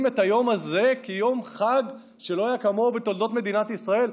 את היום הזה כיום חג שלא היה כמוהו בתולדות מדינת ישראל?